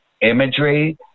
imagery